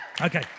Okay